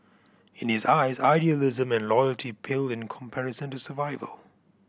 in his eyes idealism and loyalty paled in comparison to survival